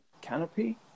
canopy